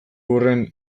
horren